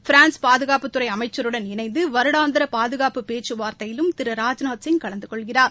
France பாதுகாப்புத்துறை அமைச்சருடன் இணைந்து வருடாந்திர பாதுகாப்பு பேச்சவார்த்தையிலும் திரு ராஜ்நாத் சிங் கலந்து கொள்கிறார்